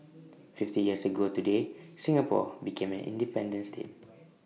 fifty years ago today Singapore became an independent state